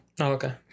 okay